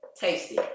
Tasty